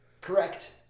Correct